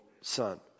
Son